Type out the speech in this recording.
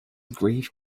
grave